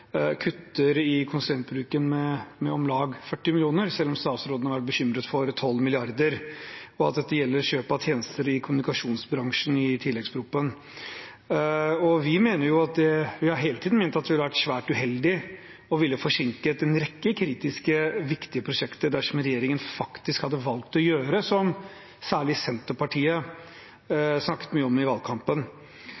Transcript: kutter i konsulentbruken med om lag 40 mill. kr, selv om statsråden er bekymret for 12 mrd. kr, og at dette gjelder kjøp av tjenester i kommunikasjonsbransjen i tilleggsproposisjonen. Vi har hele tiden ment at det ville vært svært uheldig og ville forsinket en rekke kritiske, viktige prosjekter dersom regjeringen faktisk hadde valgt å gjøre det som særlig Senterpartiet